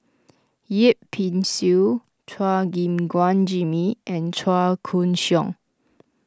Yip Pin Xiu Chua Gim Guan Jimmy and Chua Koon Siong